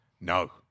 No